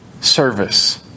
service